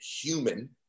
human